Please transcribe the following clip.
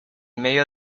medio